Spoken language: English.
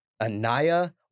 Anaya